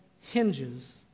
hinges